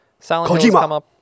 Kojima